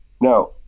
now